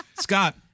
Scott